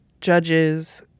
judges